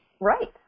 right